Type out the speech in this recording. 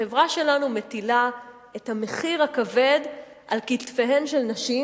החברה שלנו מטילה את המחיר הכבד על כתפיהן של נשים,